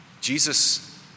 Jesus